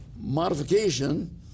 modification